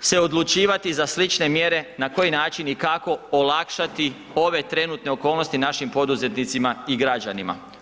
se odlučivati za slične mjere na koji način i kako olakšati ove trenutne okolnosti našim poduzetnicima i građanima.